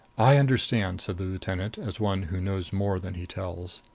i understand, said the lieutenant, as one who knows more than he tells.